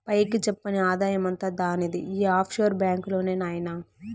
పైకి చెప్పని ఆదాయమంతా దానిది ఈ ఆఫ్షోర్ బాంక్ లోనే నాయినా